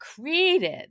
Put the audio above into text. created